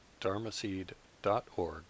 dharmaseed.org